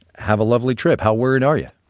have a lovely trip. how worried are you?